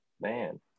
man